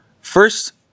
First